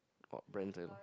what brands are